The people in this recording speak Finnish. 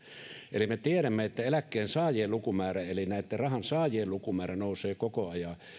eli me tiedämme että eläkkeensaajien lukumäärä eli näitten rahansaajien lukumäärä nousee koko ajan